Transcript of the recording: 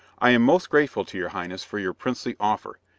i am most grateful to your highness for your princely offer,